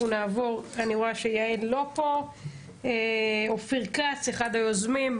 אנחנו נעבור לאופיר כץ, אחד היוזמים.